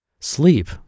Sleep